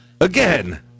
again